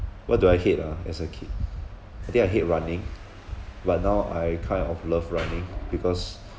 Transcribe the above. what do I hate ah as a kid I think I hate running but now I kind of love running because